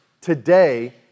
today